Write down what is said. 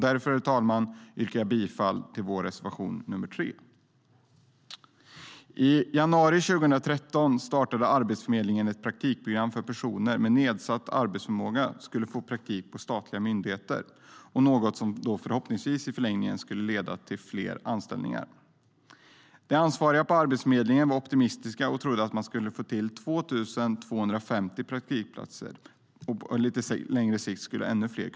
Därför, herr talman, yrkar jag bifall till vår reservation 3. I januari 2013 startade Arbetsförmedlingen ett praktikprogram där personer med nedsatt arbetsförmåga skulle få praktik på statliga myndigheter, något som förhoppningsvis i förlängningen skulle leda till fler anställningar. De ansvariga på Arbetsförmedlingen var optimistiska och trodde att man skulle kunna skapa 2 250 praktikplatser, på längre sikt ännu fler.